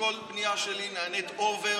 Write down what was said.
שכל פנייה שלי נענית אובר